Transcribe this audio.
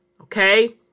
Okay